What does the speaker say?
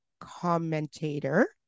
commentator